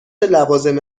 لوازم